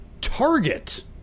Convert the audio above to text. Target